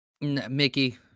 Mickey